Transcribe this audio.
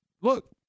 look